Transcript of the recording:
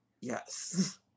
Yes